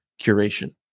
curation